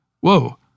whoa